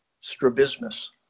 strabismus